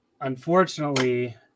unfortunately